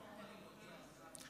הרפורמה לא פותרת,